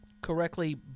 correctly